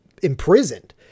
imprisoned